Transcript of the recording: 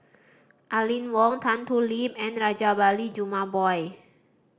Aline Wong Tan Thoon Lip and Rajabali Jumabhoy